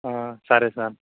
సరే సార్